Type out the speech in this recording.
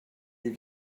you